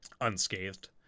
unscathed